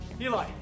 Eli